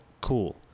Cool